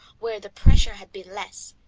where the pressure had been less,